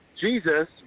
Jesus